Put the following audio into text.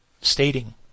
stating